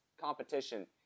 competition